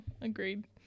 Agreed